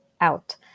out